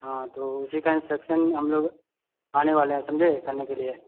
हाँ तो उसी का इंस्ट्रक्शन हम लोग आने वाले है समझे करनेके लिए